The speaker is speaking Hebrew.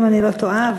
אם אני לא טועה,